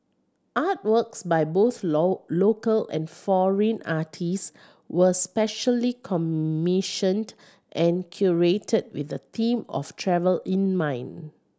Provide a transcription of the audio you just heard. artworks by both local and foreign artist were specially commissioned and curated with the theme of travel in mind